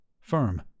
firm